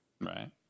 Right